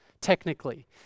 technically